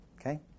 Okay